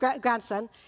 grandson